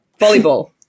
Volleyball